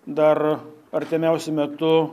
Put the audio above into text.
dar artimiausiu metu